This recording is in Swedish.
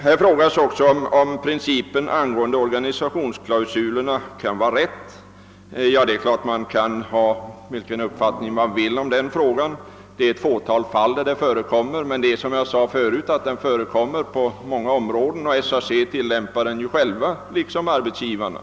Här ifrågasättes, om principen med organisationsklausulen kan vara riktig. Ja, man kan ha vilken uppfattning man vill om den frågan. Organisationsklausulen förekommer bara i ett fåtal fall, men den tillämpas på många områden, och SAC tillämpar den själv, liksom arbetsgivarna.